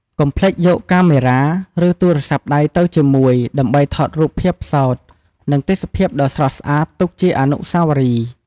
កុំភ្លេចយកកាមេរ៉ា ឬទូរស័ព្ទដៃទៅជាមួយដើម្បីថតរូបភាពផ្សោត និងទេសភាពដ៏ស្រស់ស្អាតទុកជាអនុស្សាវរីយ៍ ។